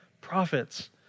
prophets